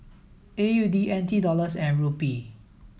A U D N T Dollars and Rupee